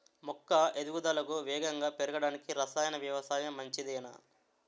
మొక్క ఎదుగుదలకు వేగంగా పెరగడానికి, రసాయన వ్యవసాయం మంచిదేనా?